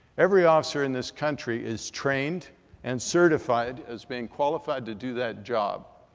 every officer in this country is trained and certified as being qualified to do that job,